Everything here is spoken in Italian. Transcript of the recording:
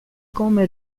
come